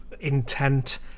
intent